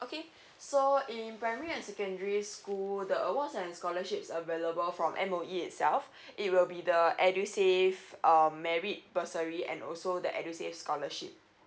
okay so in primary and secondary school the awards and scholarships available from M_O_E itself it will be the edusave um merit bursary and also the edusave scholarship